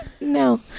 No